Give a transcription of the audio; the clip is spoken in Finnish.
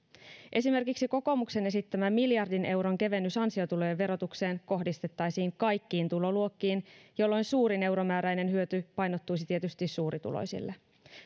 esimerkiksi kokoomuksen esittämä miljardin euron kevennys ansiotulojen verotukseen kohdistettaisiin kaikkiin tuloluokkiin jolloin suurin euromääräinen hyöty painottuisi tietysti suurituloisille